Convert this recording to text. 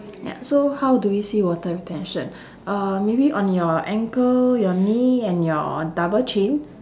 ya so how do we see water retention uh maybe on your ankle your knee and your double chin